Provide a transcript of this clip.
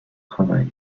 travail